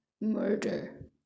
murder